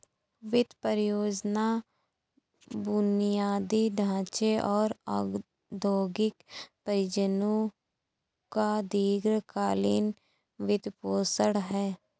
वित्त परियोजना बुनियादी ढांचे और औद्योगिक परियोजनाओं का दीर्घ कालींन वित्तपोषण है